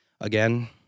again